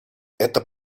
это